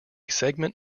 segment